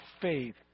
faith